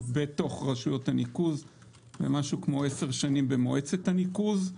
בתוך רשויות הניקוז וכעשר שנים במועצת הניקוז,